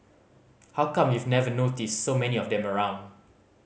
how come you've never noticed so many of them around